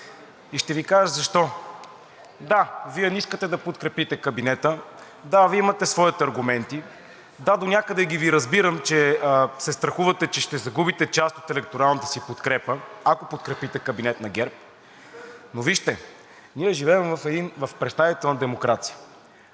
Ще Ви кажа защо. Да, Вие не искате да подкрепите кабинета. Да, Вие имате своите аргументи. Да, донякъде Ви разбирам, че се страхувате, че ще загубите част от електоралната си подкрепа, ако подкрепите кабинет на ГЕРБ, но вижте, ние живеем в представителна демокрация.